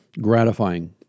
gratifying